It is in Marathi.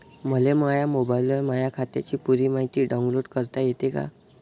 मले माह्या मोबाईलवर माह्या खात्याची पुरी मायती डाऊनलोड करता येते का?